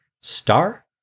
Star